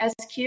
SQ